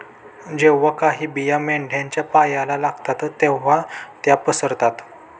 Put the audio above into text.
जेव्हा काही बिया मेंढ्यांच्या पायाला लागतात तेव्हा त्या पसरतात